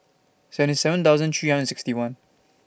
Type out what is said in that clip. seventy seven thousand three hundred sixty one